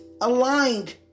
Aligned